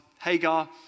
Hagar